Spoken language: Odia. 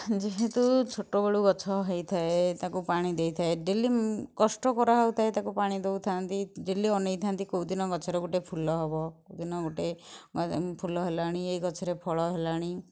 ଯେହେତୁ ଛୋଟ ବେଳୁ ଗଛ ହୋଇଥାଏ ତାକୁ ପାଣି ଦେଇଥାଏ ଡେଲି କଷ୍ଟ କରା ହଉଥାଏ ତାକୁ ପାଣି ଦଉଥାନ୍ତି ଡେଲି ଅନେଇଥାନ୍ତି କେଉଁଦିନ ଗଛରେ ଗୋଟେ ଫୁଲ ହବ କେଁଉଦିନ ଗୋଟେ ଫୁଲ ହେଲାଣି ଏଇ ଗଛରେ ଫଳ ହେଲାଣି